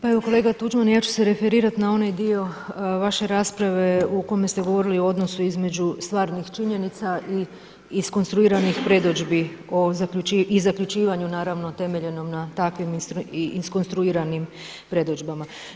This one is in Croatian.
Pa evo kolega Tuđman ja ću se referirati na onaj dio vaše rasprave u kome ste govorili o donosu između stvarnih činjenica i iskonstruiranih predodžbi i zaključivanju naravno temeljenom na takvim iskonstruiranim predodžbama.